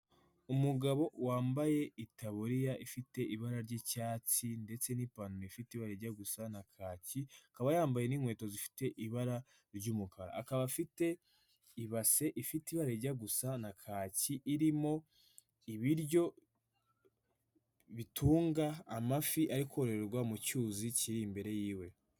Umugabo wambaye itaburiya ifite ibara ry'icyatsi ndetse n'ipantaro ifite ibara rijya gusa na kaki akaba yambaye n'inkweto zifite ibara ry'umukara, akaba afite ibase ifite rijya gusa na kaki irimo ibiryo bitunga amafi arikororerwa mu cyuzi kiri imbere yiwe.